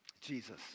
Jesus